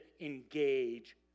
engage